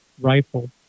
Rifle